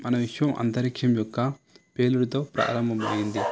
మన విశ్వం అంతరిక్షం యొక్క పేలుడుతో ప్రారంభమైనది